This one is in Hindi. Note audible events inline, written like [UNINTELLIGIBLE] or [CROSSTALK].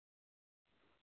[UNINTELLIGIBLE]